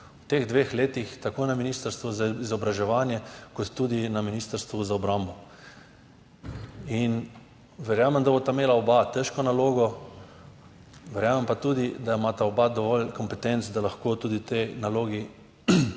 v teh dveh letih, tako na Ministrstvu za izobraževanje kot tudi na Ministrstvu za obrambo. In verjamem, da bosta imela oba težko nalogo. Verjamem pa tudi, da imata oba dovolj kompetenc, da lahko tudi tej nalogi uspešno